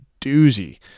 doozy